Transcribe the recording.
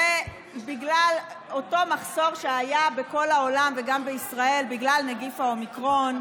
בגלל אותו מחסר שהיה בכל העולם וגם בישראל בגלל נגיף האומיקרון,